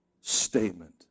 statement